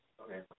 Okay